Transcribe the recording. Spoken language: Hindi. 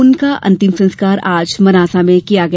उनका अंतिम संस्कार आज मनासा में किया गया